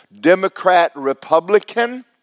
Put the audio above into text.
Democrat-Republican